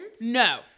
No